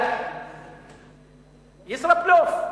ישראבלוף?